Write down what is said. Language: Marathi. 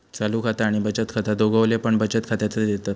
चालू खाता आणि बचत खाता दोघवले पण बचत खात्यातच येतत